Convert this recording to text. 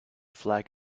flag